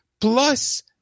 plus